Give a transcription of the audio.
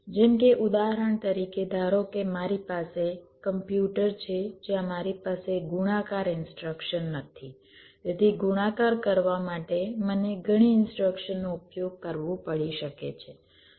જેમ કે ઉદાહરણ તરીકે ધારો કે મારી પાસે કમ્પ્યુટર છે જ્યાં મારી પાસે ગુણાકાર ઇનસ્ટ્રક્શન નથી તેથી ગુણાકાર કરવા માટે મને ઘણી ઇનસ્ટ્રક્શનનો ઉપયોગ કરવો પડી શકે છે